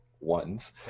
ones